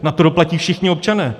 Na to doplatí všichni občané.